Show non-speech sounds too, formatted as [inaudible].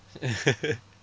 [laughs]